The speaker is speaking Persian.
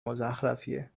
مزخرفیه